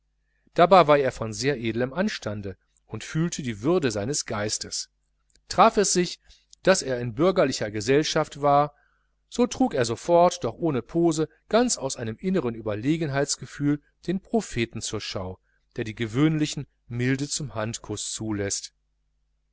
dabei war er von sehr edlem anstande und fühlte die würde seines geistes traf es sich daß er in bürgerlicher gesellschaft war so trug er sofort doch ohne pose ganz aus einem inneren überlegenheitsgefühl den propheten zur schau der die gewöhnlichen milde zum handkuß zuläßt